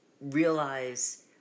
realize